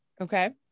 okay